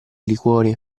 liquori